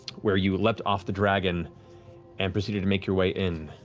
where you leapt off the dragon and proceeded to make your way in.